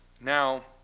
Now